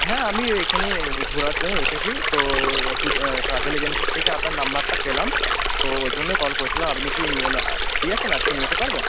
হ্যাঁ আমি এইখানেই ঘোরার জন্য এসেছি তো ট্রাভেল এজেন্সির থেকে আপনার নাম্বারটা পেলাম তো ওই জন্যে কল করছিলাম আপনি কি নিয়ে ফ্রি আছেন আজকে নিয়ে যেতে পারবেন